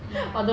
ya